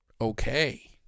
okay